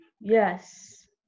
yes